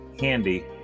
handy